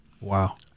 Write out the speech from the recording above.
wow